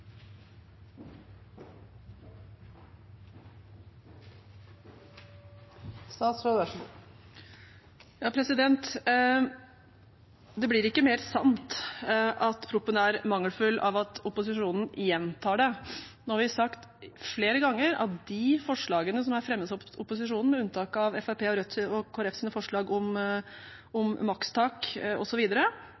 mangelfull, av at opposisjonen gjentar det. Nå har vi sagt flere ganger at de forslagene som er fremmet av opposisjonen, med unntak av forslagene fra Fremskrittspartiet, Rødt og Kristelig Folkepartis om